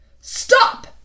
Stop